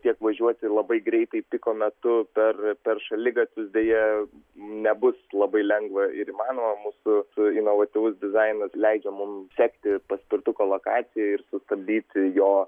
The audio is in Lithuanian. tiek važiuoti labai greitai piko metu per per šaligatvius deja nebus labai lengva ir įmanoma mūsų inovatyvus dizainas leidžia mums sekti paspirtukų lokaciją ir sustabdyti jo